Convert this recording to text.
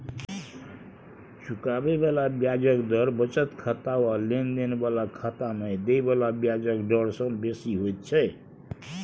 चुकाबे बला ब्याजक दर बचत खाता वा लेन देन बला खाता में देय बला ब्याजक डर से बेसी होइत छै